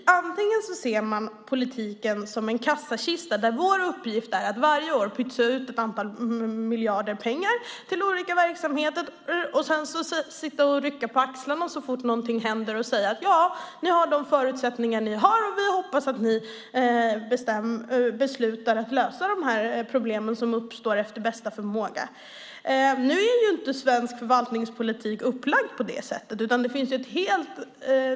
Man kan se politiken som en kassakista där vår uppgift är att varje år pytsa ut ett antal miljarder till olika verksamheter och rycka på axlarna så fort något händer och säga: Ni har de förutsättningar ni har och vi hoppas att ni beslutar att lösa problemen efter bästa förmåga. Svensk förvaltningspolitik är ju inte upplagd på det sättet.